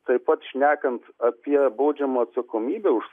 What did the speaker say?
taip pat šnekant apie baudžiamąją atsakomybę už